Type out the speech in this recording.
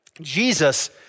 Jesus